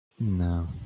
No